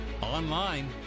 online